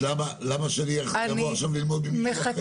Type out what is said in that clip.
אז למה שנבוא ללמוד ממישהו אחר?